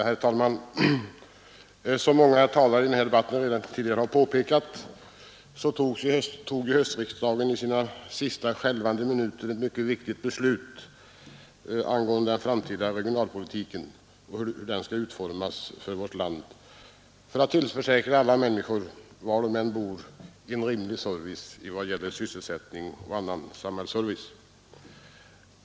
Herr talman! Som många talare i den här debatten redan tidigare har påpekat tog höstriksdagen i sina sista skälvande minuter ett mycket viktigt beslut angående den framtida regionalpolitiken och hur den skall utformas i vårt land för att tillförsäkra alla människor, var de än bor, en rimlig service beträffande sysselsättning samt annan samhällsservice.